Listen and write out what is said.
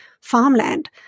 farmland